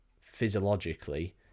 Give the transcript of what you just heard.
physiologically